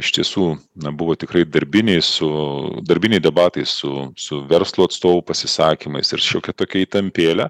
iš tiesų buvo tikrai darbiniai su darbiniai debatai su su verslo atstovų pasisakymais ir šiokia tokia įtampėle